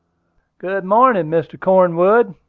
good morning, mr. cornwood,